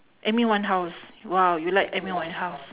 amy-winehouse !wow! you like amy-winehouse